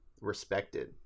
respected